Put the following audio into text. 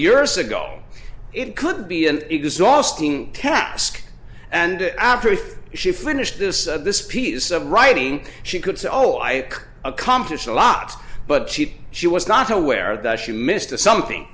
years ago it could be an exhausting task and after she finished this this piece of writing she could say oh i accomplished a lot but she she was not aware that she missed the something